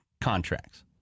contracts